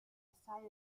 assai